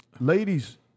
ladies